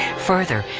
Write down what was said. further,